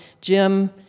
Jim